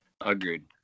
Agreed